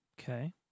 Okay